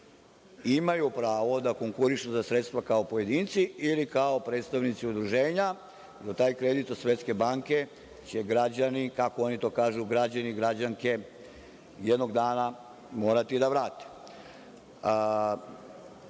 imaju pravo da konkurišu za sredstva kao pojedinci ili kao predstavnici udruženja jer taj kredit od Svetske banke će građani, kako oni to kažu, građani i građanke jednog dana morati da vrate. Shodno